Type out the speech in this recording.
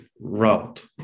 route